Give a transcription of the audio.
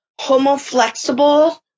homoflexible